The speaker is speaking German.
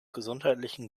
gesundheitlichen